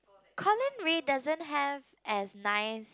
Colin Ryan doesn't have as nice